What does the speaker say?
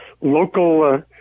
local